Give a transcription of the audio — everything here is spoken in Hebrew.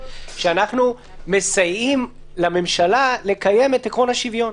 אנחנו מסייעים לממשלה לקיים את עיקרון השוויון,